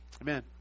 Amen